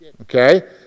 Okay